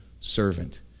servant